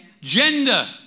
gender